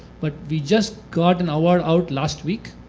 but we just got an hour out last week,